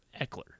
Eckler